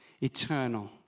eternal